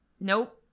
nope